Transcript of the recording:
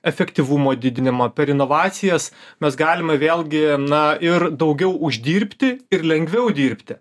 efektyvumo didinimą per inovacijas mes galime vėlgi na ir daugiau uždirbti ir lengviau dirbti